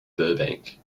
burbank